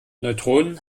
neutronen